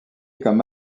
comme